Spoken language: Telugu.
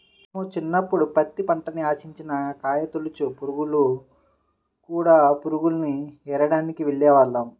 మేము చిన్నప్పుడు పత్తి పంటని ఆశించిన కాయతొలచు పురుగులు, కూడ పురుగుల్ని ఏరడానికి వెళ్ళేవాళ్ళం